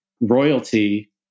royalty